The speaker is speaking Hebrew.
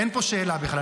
אין פה שאלה בכלל.